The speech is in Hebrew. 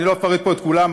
אני לא אפרט פה את כולם,